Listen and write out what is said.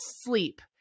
sleep